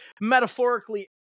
metaphorically